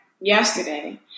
yesterday